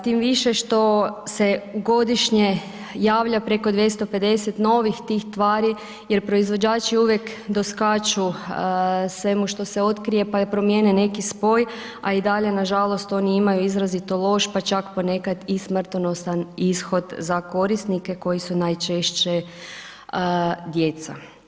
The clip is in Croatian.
Tim više što se godišnje javlja preko 250 novih tih tvari jer proizvođači uvijek doskaču svemu što se otkrije, pa je promijene neki spoj, a i dalje, nažalost, oni imaju izrazito loš, pa čak ponekad i smrtonosan ishod za korisnike koji su najčešće djeca.